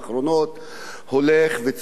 הולך וצובר תאוצה,